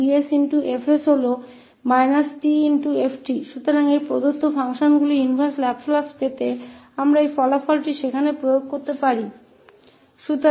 तो हम इन दिए गए फंक्शन के इनवर्स लाप्लास को प्राप्त करने के लिए इस परिणाम को वहां लागू कर सकते हैं